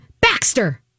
Baxter